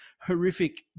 horrific